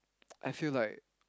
I feel like